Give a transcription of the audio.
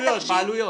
העניין בעלויות?